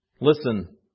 Listen